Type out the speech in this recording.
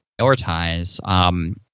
prioritize